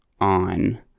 on